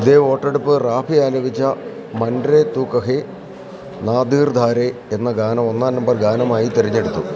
ഇതേ വോട്ടെടുപ്പ് റാഫി ആലപിച്ച മൻ രേ തൂ കഹേ നാ ധിർ ധാരെ എന്ന ഗാനം ഒന്നാം നമ്പർ ഗാനമായി തെരഞ്ഞെടുത്തു